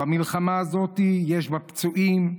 במלחמה הזאת יש פצועים,